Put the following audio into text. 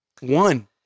One